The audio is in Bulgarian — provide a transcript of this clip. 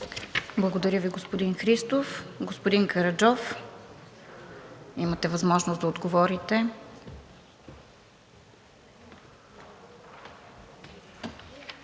Благодаря Ви, госпожо Мострова. Господин Караджов, имате възможност да отговорите